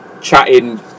chatting